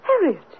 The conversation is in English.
Harriet